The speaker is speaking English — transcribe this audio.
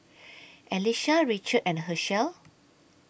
Alisha Richard and Hershell